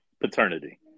Paternity